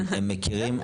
הם מכירים.